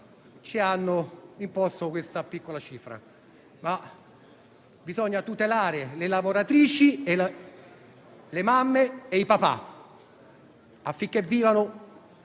ci hanno imposto questa piccola cifra. Bisogna però tutelare le lavoratrici, le mamme e i papà, affinché vivano